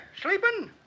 sleeping